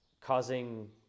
causing